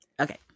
Okay